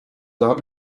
that